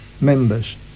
members